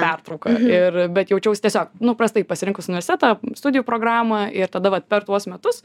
pertrauka ir bet jaučiaus tiesiog nu prastai pasirinkus universitetą studijų programą ir tada vat per tuos metus